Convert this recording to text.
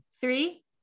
Three